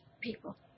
people